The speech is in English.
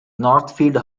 northfield